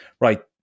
right